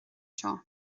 seo